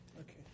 Okay